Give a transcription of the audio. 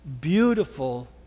beautiful